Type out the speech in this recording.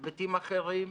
בהיבטים אחרים.